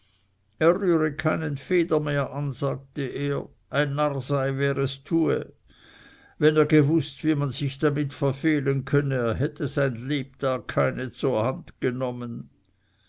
keine feder mehr an sagte er ein narr sei wer es tue wenn er gewußt wie man sich damit verfehlen könne er hätte sein lebtag keine zur hand genommen